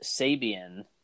Sabian